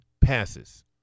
passes